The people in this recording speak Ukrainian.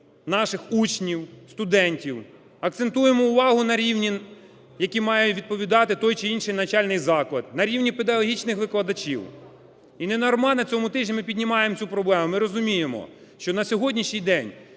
наших учнів, студентів. Акцентуємо увагу на рівні, якому має відповідати той чи інший навчальний заклад: на рівні педагогічних викладачів. І недарма на цьому тижні ми піднімаємо цю проблему, ми розуміємо, що на сьогоднішній день